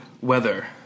Weather